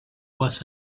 was